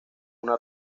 una